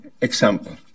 example